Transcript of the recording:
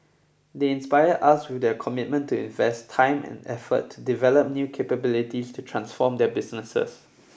they inspire us with their commitment to invest time and effort to develop new capabilities to transform their businesses